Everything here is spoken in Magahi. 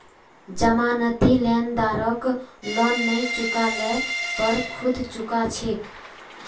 जमानती लेनदारक लोन नई चुका ल पर खुद चुका छेक